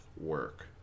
work